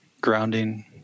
grounding